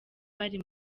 bari